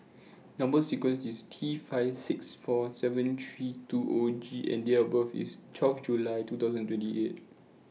Number sequence IS T five six four seven three two O G and Date of birth IS twelve July two thousand and twenty eight